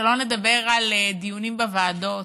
שלא נדבר על דיונים בוועדות,